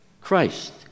Christ